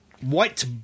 White